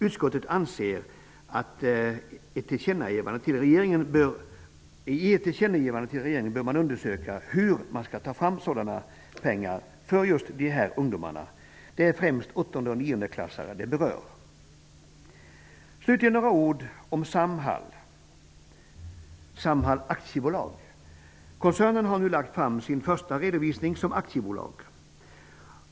Utskottet anser att man i ett tillkännagivande bör ge regeringen i uppdrag att undersöka hur man skall ta fram pengar för dessa ungdomar. Det berör främst åttonde och niondeklassare. Slutligen några ord om Samhall AB. Koncernen har nu lagt fram sin första redovisning som aktiebolag.